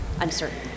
uncertain